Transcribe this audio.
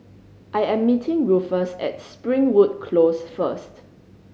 I am meeting Rufus at Springwood Close first